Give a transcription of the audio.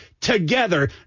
together